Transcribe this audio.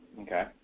Okay